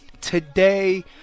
Today